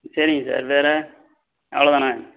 சரிங்க சார் வேறு அவ்வளோ தானே